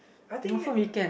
I think